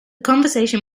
conversation